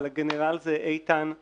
אבל הגנרל הוא איתן,